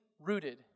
rooted